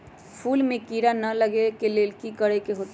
फूल में किरा ना लगे ओ लेल कि करे के होतई?